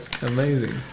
Amazing